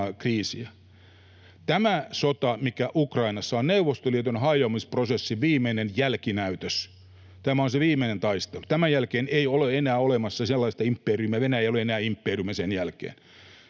Tämä sota, mikä Ukrainassa on, Neuvostoliiton hajoamisprosessin viimeinen jälkinäytös, on se viimeinen taistelu. Tämän jälkeen ei ole enää olemassa sellaista imperiumia: Venäjä ei ole enää imperiumi sen jälkeen.